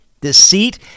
Deceit